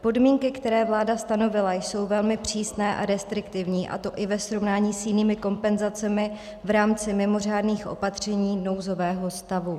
Podmínky, které vláda stanovila, jsou velmi přísné a restriktivní, a to i ve srovnání s jinými kompenzacemi v rámci mimořádných opatření nouzového stavu.